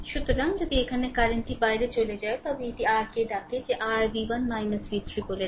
সুতরাং যদি এখানে কারেন্টটি বাইরে চলে যায় তবে এটি r কে ডাকে যে r v 1 v 3 বলে ডাকে